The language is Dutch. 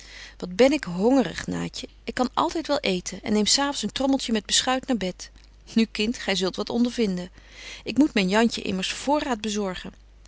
wat ben ik hongerig naatje ik kan altyd wel eeten en neem s avonds een trommeltje met beschuit naar bed nu kind gy zult wat ondervinden ik moet myn jantje immers voorraat bezorgen